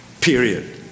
Period